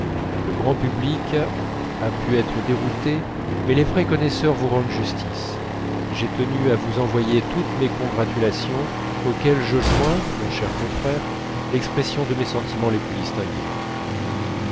le grand public a pu être dérouté mais les vrais connaisseurs vous rendent justice j'ai tenu à vous envoyer toutes mes congratulations auxquelles je joins mon cher confrère l'expression de mes sentiments les plus distingués